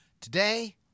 Today